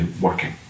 working